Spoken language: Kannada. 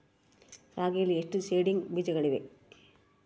ರಾಗಿಯಲ್ಲಿ ಎಷ್ಟು ಸೇಡಿಂಗ್ ಬೇಜಗಳಿವೆ?